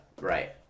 Right